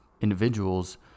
individuals